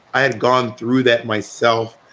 i had gone through that myself.